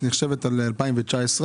כן רואים את זה בכל יתר הסעיפים כעוסק